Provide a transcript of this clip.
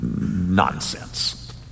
nonsense